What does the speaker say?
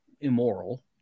immoral